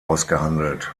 ausgehandelt